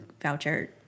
voucher